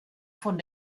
von